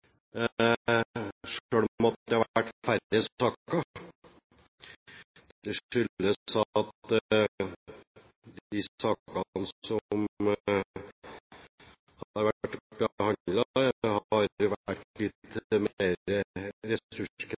det har vært færre saker. Det skyldes at de sakene som har vært behandlet, har vært litt